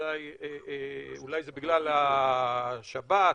אולי זה בגלל השבת,